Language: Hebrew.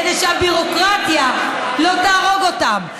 כדי שהביורוקרטיה לא תהרוג אותם,